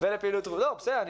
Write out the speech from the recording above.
בסדר.